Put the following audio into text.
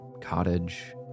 cottage